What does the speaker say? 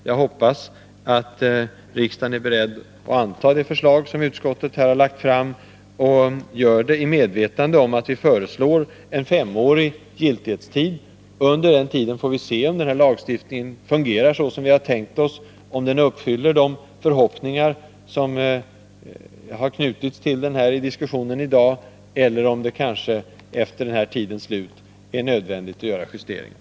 Jag hoppas att riksdagen antar det förslag som utskottet har lagt fram och gör det i medvetandet om att vi föreslår en femårig giltighetstid. Under den tiden får vi se om lagen fungerar som vi har tänkt oss, om den infriar de förhoppningar som har knutits till den, eller om det blir nödvändigt att göra ändringar.